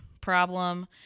problem